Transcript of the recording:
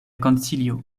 konsilio